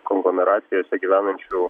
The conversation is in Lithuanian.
konglomeracijose gyvenančių